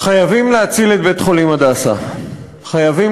חייבים להציל את בית-חולים "הדסה"; חייבים